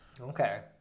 Okay